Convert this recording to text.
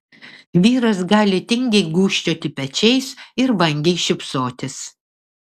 vyras gali tingiai gūžčioti pečiais ir vangiai šypsotis